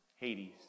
Hades